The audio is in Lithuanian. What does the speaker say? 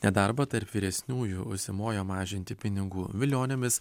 nedarbą tarp vyresniųjų užsimojo mažinti pinigų vilionėmis